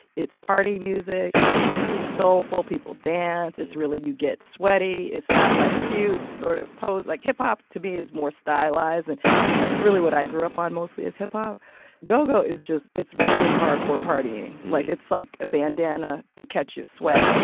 it's party music. it's it's soulful. people dance. it's really you get sweaty. it's not like cute, sort of pose. like, hip-hop to me is more stylized, and that's really what i grew up on mostly, is hip-hop go-go is just it's really hardcore partying. like, it's like a bandana to catch your sweat. right,